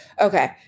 Okay